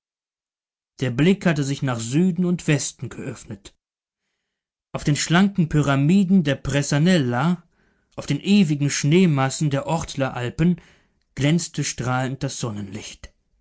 der blick hatte sich nach süden und westen geöffnet auf den schlanken pyramiden der presanella auf den ewigen schneemassen der ortler alpen glänzte strahlend das sonnenlicht